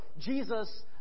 Jesus